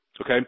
okay